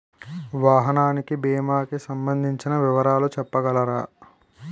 వాహనానికి భీమా కి సంబందించిన వివరాలు చెప్పగలరా?